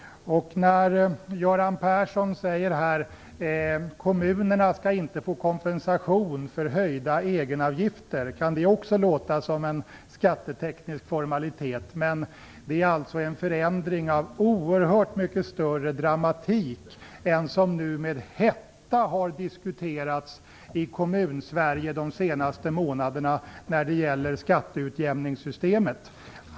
När Göran Persson säger att kommunerna inte skall få kompensation för höjda egenavgifter kan även det låta som en skatteteknisk formalitet, men det är en oerhört mycket mer dramatisk förändring än den som de senaste månaderna med hetta har diskuterats i Kommun-Sverige när det gäller skatteutjämningssystemet.